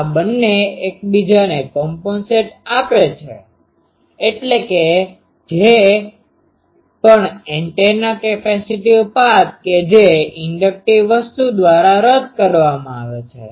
તો આ બંને એકબીજાને કોમ્પન્સેટcompensateવળતર આપે છે એટલે કે જે પણ એન્ટેના કેપેસિટીવ પાથ કે જે પ્ઇન્ડક્ટીવ વસ્તુ દ્વારા રદ કરવામાં આવે છે